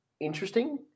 interesting